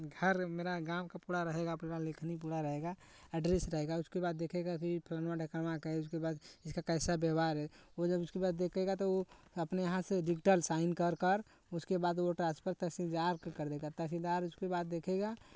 घर मेरा गाँव का पूरा रहेगा पूरा लेखनी पूरा रहेगा ऐड्रेस रहेगा उसके बाद देखेगा कि फलनवाँ ढेकनवाँ का है उसके बाद इसका कैसा व्यवहार है वो जब उसके बाद देखेगा तो वो अपने यहाँ से डिजिटल साइन कर कर उसके बाद वो ट्रांसफर तहसीलदार को कर देगा तहसीलदार उसके बाद देखेगा